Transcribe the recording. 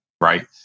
Right